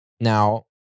Now